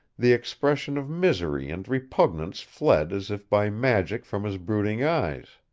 the expression of misery and repugnance fled as if by magic from his brooding eyes.